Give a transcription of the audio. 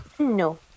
No